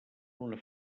una